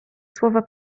słowa